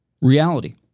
reality